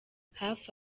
hafi